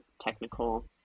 technical